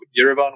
yerevan